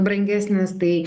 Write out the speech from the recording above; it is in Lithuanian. brangesnės tai